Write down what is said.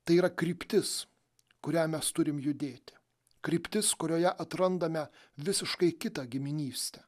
tai yra kryptis kuria mes turime judėt kryptis kurioje atrandame visiškai kitą giminystę